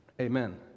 Amen